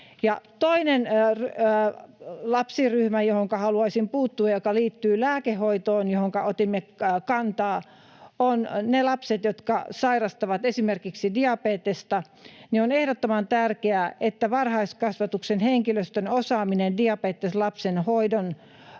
Toinen lapsiryhmä, johonka haluaisin puuttua, joka liittyy lääkehoitoon ja johonka otimme kantaa, on ne lapset, jotka sairastavat esimerkiksi diabetesta: On ehdottoman tärkeää, että varhaiskasvatuksen henkilöstön osaaminen diabeteslapsen hoidon